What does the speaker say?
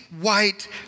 white